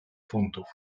funtów